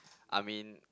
I mean